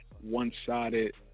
one-sided